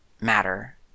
matter